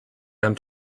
them